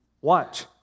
Watch